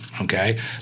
okay